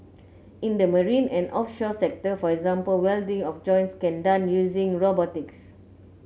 in the marine and offshore sector for example welding of joints can done using robotics